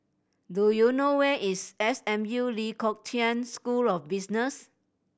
do you know where is S M U Lee Kong Chian School of Business